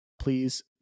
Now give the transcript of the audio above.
please